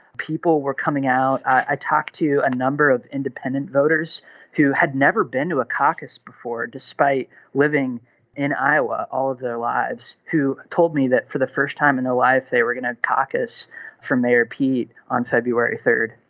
people were coming out. i talked to a number of independent voters who had never been to a caucus before despite living in iowa all of their lives who told me that for the first time in their life they were going to caucus from there. pete on february third.